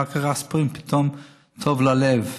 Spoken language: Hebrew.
אחר כך אספירין פתאום טוב ללב,